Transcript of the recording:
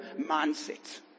mindset